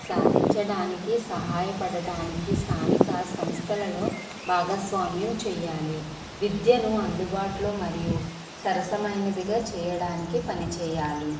సాధించడానికి సహాయపడడానికి స్థానిక సంస్థలలో భాగస్వామ్యం చేయాలి విద్యను అందుబాటులో మరియు సరసమైనదిగా చేయడానికి పనిచేయాలి